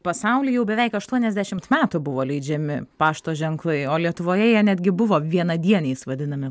pasauly jau beveik aštuoniasdešimt metų buvo leidžiami pašto ženklai o lietuvoje jie netgi buvo vienadieniais vadinami